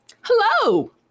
hello